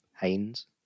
Haynes